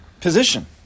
position